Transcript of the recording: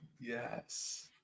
Yes